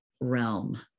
realm